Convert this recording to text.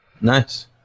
Nice